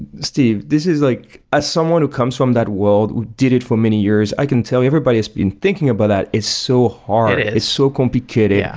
steve, this is like as someone who comes from that world who did it for many years, i can tell everybody has been thinking about that is so hard, is so complicated. yeah